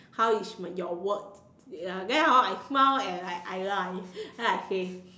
how is my your work uh then hor I smile and I I lie then I say